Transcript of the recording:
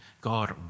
God